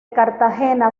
cartagena